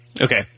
Okay